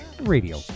radio